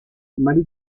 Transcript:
mary